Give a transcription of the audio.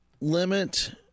limit